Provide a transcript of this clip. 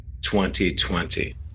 2020